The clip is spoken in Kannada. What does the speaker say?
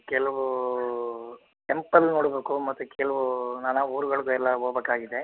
ಕೆಲವು ಟೆಂಪಲ್ ನೋಡಬೇಕು ಮತ್ತು ಕೆಲವು ನಾನಾ ಊರ್ಗಳಿಗೆಲ್ಲ ಹೋಗ್ಬೇಕಾಗಿದೆ